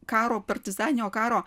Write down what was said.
karo partizaninio karo